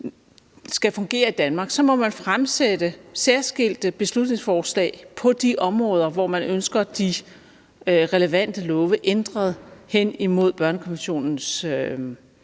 skal fungere i Danmark, må man fremsætte særskilte beslutningsforslag på de områder, hvor man ønsker de relevante love ændret hen imod børnekonventionens